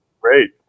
Great